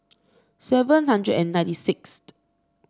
seven hundred and ninety sixth